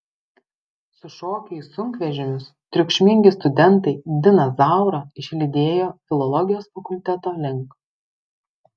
sušokę į sunkvežimius triukšmingi studentai diną zaurą išlydėjo filologijos fakulteto link